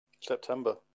September